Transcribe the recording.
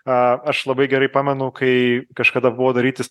a aš labai gerai pamenu kai kažkada buvo darytis